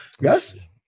Yes